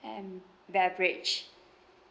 and beverage